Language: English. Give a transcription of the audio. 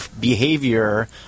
behavior